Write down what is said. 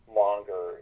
longer